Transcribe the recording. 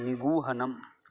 निगूहनं